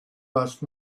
last